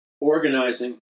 organizing